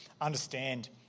understand